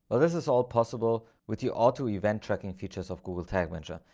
well, this is all possible with your auto event tracking features of google tag manager.